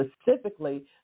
specifically